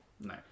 No